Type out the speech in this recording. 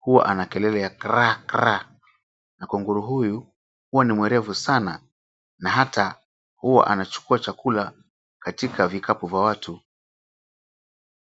huwa ana kelele ya kraakraa na kunguru huyu huwa ni mwerevu sana, na hata huwa anachukua chakula katika vikapu vya watu.